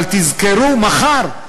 אבל תזכרו, מחר,